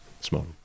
small